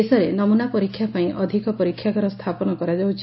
ଦେଶରେ ନମୁନା ପରୀକ୍ଷା ପାଇଁ ଅଧିକ ପରୀକ୍ଷାଗାର ସ୍ଥାପନ କରାଯାଉଛି